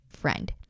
friend